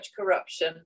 corruption